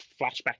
flashback